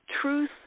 Truth